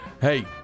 hey